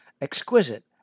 exquisite